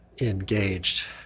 engaged